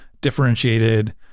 differentiated